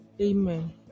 Amen